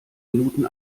minuten